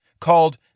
called